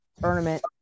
tournament